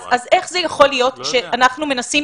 אז איך זה יכול להיות שאנחנו מנסים